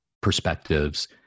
perspectives